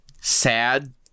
sad